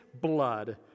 blood